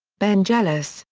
ben jealous,